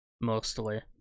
mostly